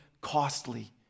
costly